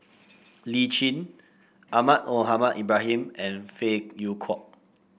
Lee Tjin Ahmad Mohamed Ibrahim and Phey Yew Kok